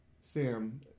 Sam